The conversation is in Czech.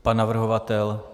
Pan navrhovatel?